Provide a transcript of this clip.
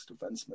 defenseman